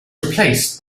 replaced